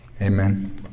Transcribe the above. Amen